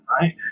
right